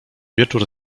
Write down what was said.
wieczór